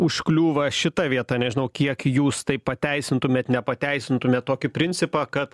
užkliūva šita vieta nežinau kiek jūs tai pateisintumėt nepateisintumėt tokį principą kad